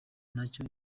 nacyo